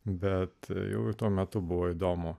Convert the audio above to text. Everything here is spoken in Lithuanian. bet jau tuo metu buvo įdomu